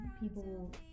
people